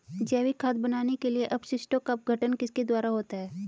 जैविक खाद बनाने के लिए अपशिष्टों का अपघटन किसके द्वारा होता है?